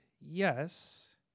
yes